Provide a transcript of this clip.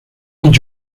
jung